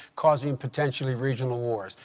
causing potentially regional wars.